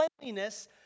cleanliness